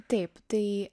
taip tai